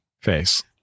face